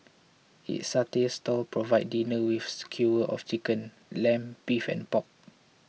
its satay stalls provide diners with skewers of chicken lamb beef and pork